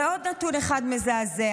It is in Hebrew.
ועוד נתון אחד מזעזע,